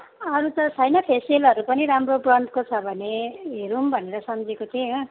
अरू त छैन फेसियलहरू पनि राम्रो ब्रान्डको छ भने हेरौँ भनेर सम्झेको थिएँ हो